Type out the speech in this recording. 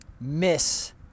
miss